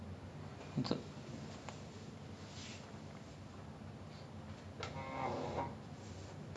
ya it's like I mean இதெல்லாமே:ithellaaame theories lah because we don't know how the thing works what but like I'm guessing it's something like that because they are really serious about security